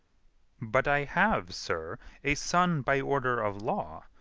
but i have, sir, a son by order of law,